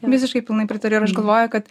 visiškai pilnai pritariu ir aš galvoju kad